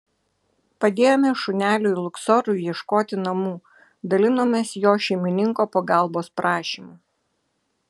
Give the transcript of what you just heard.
padėjome šuneliui luksorui ieškoti namų dalinomės jo šeimininko pagalbos prašymu